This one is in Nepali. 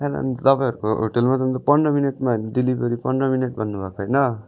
होइन अनि तपाईँहरूको होटेलमा अन्त पन्ध्र मिनेटमा डेलिभरी पन्ध्र मिनेट भन्नुभएको होइन